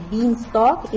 Beanstalk